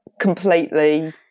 completely